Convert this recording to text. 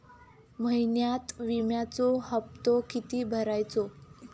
महिन्यात विम्याचो हप्तो किती भरायचो?